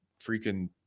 freaking